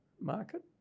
market